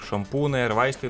šampūnai ar vaistai